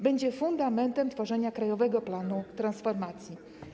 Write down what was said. Będzie fundamentem tworzenia krajowego planu transformacji.